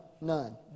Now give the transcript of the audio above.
none